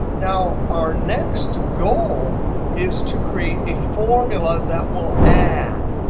now, our next goal is to create a formula that will add.